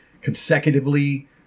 consecutively